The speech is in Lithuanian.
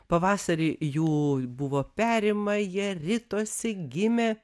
pavasarį jų buvo perima jie ritosi gimė